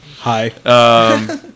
Hi